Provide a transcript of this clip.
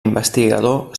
investigador